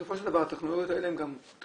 בסופו של דבר הטכנולוגיות האלה הן גם טכנולוגיות